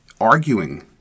arguing